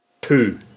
Two